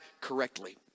correctly